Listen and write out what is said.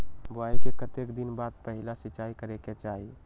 बोआई के कतेक दिन बाद पहिला सिंचाई करे के चाही?